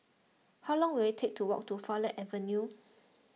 how long will it take to walk to Farleigh Avenue